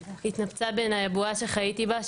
התנפצה בעיניי הבועה שחייתי בה,